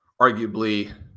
arguably